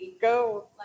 Go